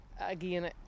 again